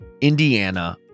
Indiana